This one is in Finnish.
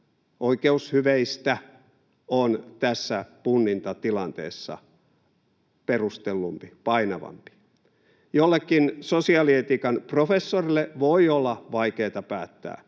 oikeushyveistä on tässä punnintatilanteessa perustellumpi, painavampi. Jollekin sosiaalietiikan professorille voi olla vaikeata päättää,